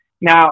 now